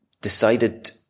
decided